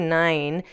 nine